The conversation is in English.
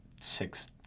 six